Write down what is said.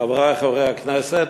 חברי חברי הכנסת,